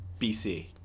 BC